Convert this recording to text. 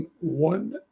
one